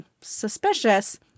Suspicious